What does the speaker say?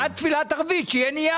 אני מבקש שעד תפילת ערבית יהיה נייר.